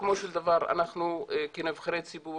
בסיכומו של דבר אנחנו כנבחרי ציבור,